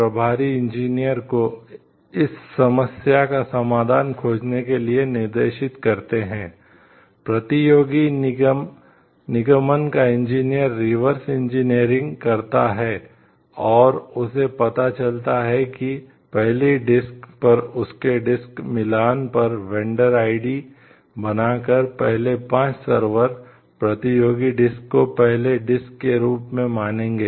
प्रतियोगी के सीईओ प्रतियोगी डिस्क को पहले डिस्क के रूप में मानेंगे